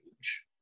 age